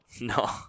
No